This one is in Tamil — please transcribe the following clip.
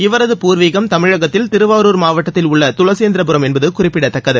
இவரது பூர்வீகம் தமிழகத்தில் திருவாரூர் மாவட்டத்தில் உள்ள துளசேந்திரபுரம் என்பது குறிப்பிடத்தக்கது